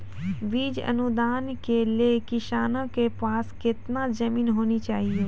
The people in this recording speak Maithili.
बीज अनुदान के लेल किसानों के पास केतना जमीन होना चहियों?